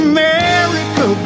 America